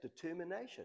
determination